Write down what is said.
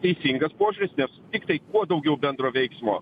teisingas požiūris nes tiktai kuo daugiau bendro veiksmo